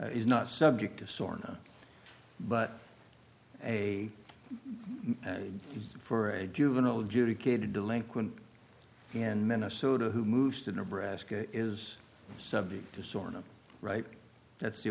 is not subject to soreness but a for a juvenile judy kid delinquent in minnesota who moved to nebraska is subject to sort of right that's the